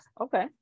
okay